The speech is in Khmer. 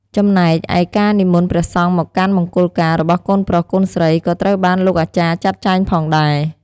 ចំណែកឯការនិមន្តព្រះសង្ឃមកកាន់មង្គលការរបស់កូនប្រុសកូនស្រី ក៏ត្រូវបានលោកអាចារ្យចាក់ចែងផងដែរ។